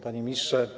Panie Ministrze!